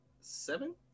Seven